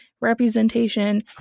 representation